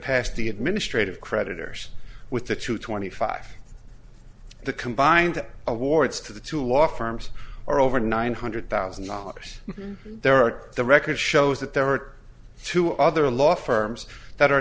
past the administrative creditors with the true twenty five the combined awards to the two law firms or over nine hundred thousand dollars there are the record shows that there are two other law firms that